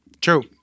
True